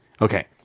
Okay